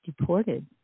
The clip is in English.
deported